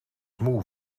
moe